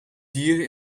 dieren